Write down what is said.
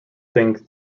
think